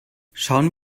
schauen